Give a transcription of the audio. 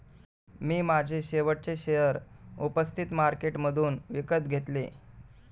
मी माझे शेवटचे शेअर उपस्थित मार्केटमधून विकत घेतले